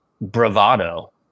bravado